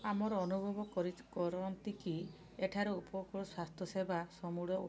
ଆମର ଅନୁଭବ କରନ୍ତି କି ଏଠାରେ ଉପକୂଳ ସ୍ବାସ୍ଥ୍ୟ ସେବା ସମୁଢ଼